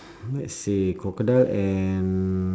let's say crocodile and